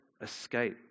escape